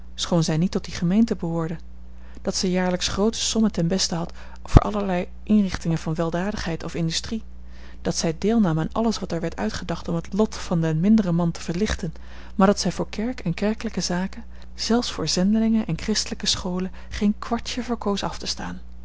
schoon zij niet tot die gemeente behoorde dat ze jaarlijks groote sommen ten beste had voor allerlei inrichtingen van weldadigheid of industrie dat zij deelnam aan alles wat er werd uitgedacht om het lot van den minderen man te verlichten maar dat zij voor kerk en kerkelijke zaken zelfs voor zendelingen en christelijke scholen geen kwartje verkoos af te staan